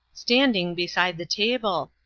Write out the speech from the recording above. standing beside the table,